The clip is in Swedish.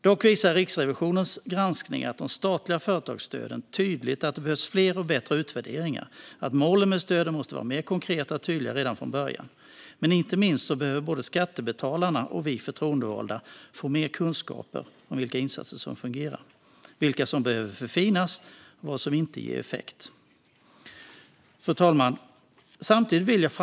Dock visar Riksrevisionens granskning av de statliga företagsstöden tydligt att det behövs fler och bättre utvärderingar och att målen med stöden måste vara mer konkreta och tydliga redan från början. Inte minst behöver både skattebetalarna och vi förtroendevalda få mer kunskap om vilka insatser som fungerar, vilka som behöver förfinas och vad som inte ger effekt. Fru talman!